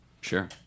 Sure